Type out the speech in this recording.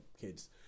kids